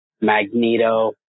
Magneto